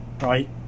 right